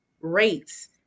rates